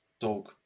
dog